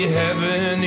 heaven